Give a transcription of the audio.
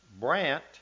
Brant